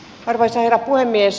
arvoisa herra puhemies